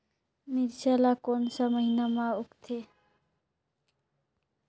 मिरचा ला कोन सा महीन मां उगथे?